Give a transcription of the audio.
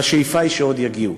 והשאיפה היא שעוד יגיעו.